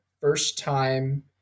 first-time